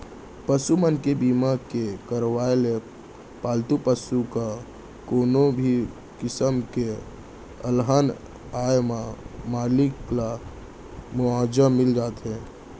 पसु मन के बीमा के करवाय ले पालतू पसु म कोनो भी किसम के अलहन आए म मालिक ल मुवाजा मिल जाथे